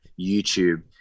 YouTube